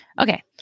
Okay